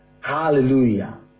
Hallelujah